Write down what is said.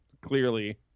Clearly